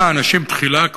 אם האנשים תחילה,